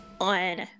on